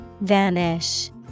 Vanish